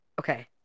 Okay